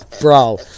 Bro